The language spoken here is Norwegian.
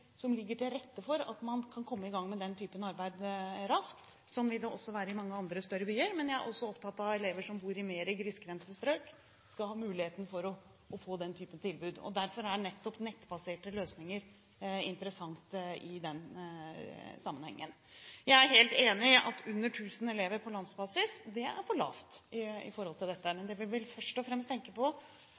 som ligger til rette for at man kan komme i gang med den typen arbeid raskt. Sånn vil det også være i mange andre større byer. Men jeg er også opptatt av at elever som bor i mer grisgrendte strøk, skal ha muligheten for å få den typen tilbud. Derfor er nettopp nettbaserte løsninger interessant i den sammenhengen. Jeg er helt enig i at under 1 000 elever på landsbasis er for lavt i forhold til dette. Men det vi først og fremst tenker på